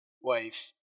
wife